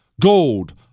Gold